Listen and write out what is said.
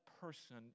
person